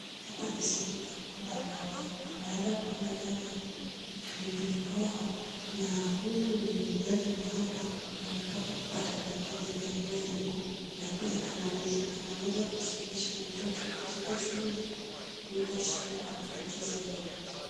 Hapa ni sehemu ya kuuza mboga. Tunaweza kuona nyanya na pilipili hoho na huyu muuzaji wa hapa anapata kupata mahitaji yake ya kila siku na pia anaweza kusomesha watoto katika shule bila shida ama tatizo yoyote.